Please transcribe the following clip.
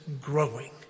growing